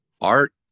art